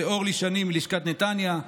לאורלי שני מלשכת נתניה,